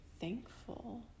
thankful